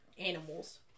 Animals